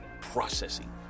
processing